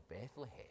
Bethlehem